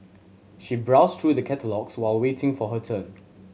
she browsed through the catalogues while waiting for her turn